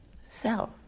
self